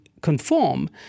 conform